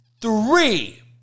three